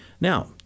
Now